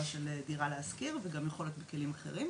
של "דירה להשכיר" וגם יכול להיות בכלים אחרים,